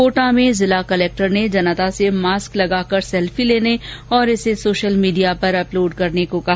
कोटा में जिला कलेक्टर ने जनता से मास्क लगाकर सेल्फी लेने और इसे सोशल मीडिया पर अपलोड करने को कहा